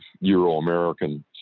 Euro-American